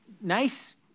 Nice